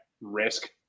risk